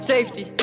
Safety